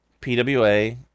PWA